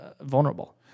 vulnerable